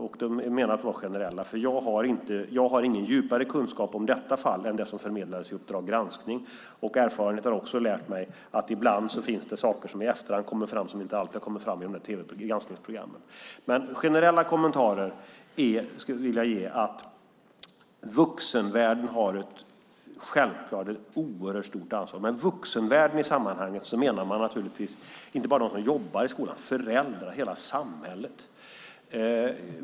De är menade att vara generella, för jag har ingen djupare kunskap om detta fall, som togs upp av Uppdrag granskning . Erfarenheten har också lärt mig att det ibland kommer fram saker i efterhand som inte har kommit fram i de här granskningsprogrammen. Men jag vill ge generella kommentarer. Vuxenvärlden har självklart ett oerhört stort ansvar. Med vuxenvärlden menar jag i det här sammanhanget naturligtvis inte bara dem som jobbar i skolan, utan även föräldrar och hela samhället.